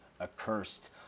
accursed